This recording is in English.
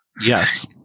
Yes